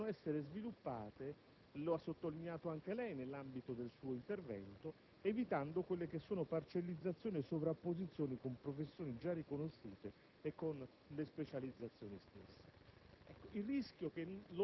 che devono essere sviluppate - lo ha sottolineato anche lei nel suo intervento - evitando parcellizzazioni e sovrapposizioni con professioni già riconosciute e con le specializzazioni stesse.